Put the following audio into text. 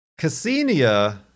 Cassinia